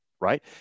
Right